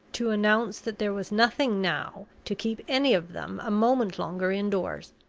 to announce that there was nothing now to keep any of them a moment longer indoors.